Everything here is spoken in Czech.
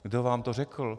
Kdo vám to řekl?